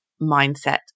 mindset